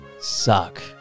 suck